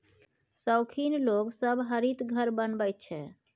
शौखीन लोग सब हरित घर बनबैत छै